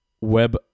web